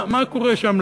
מה קורה שם,